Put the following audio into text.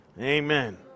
Amen